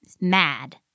Mad